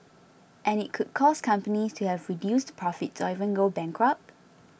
and it could cause companies to have reduced profits or even go bankrupt